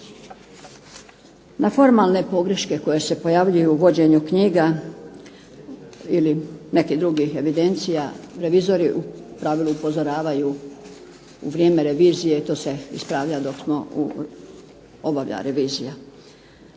Na formalne pogreške koje se pojavljuju u vođenju knjiga ili nekih drugih evidencija revizori u pravilu upozoravaju u vrijeme revizije i to se ispravlja dok se obavlja revizija.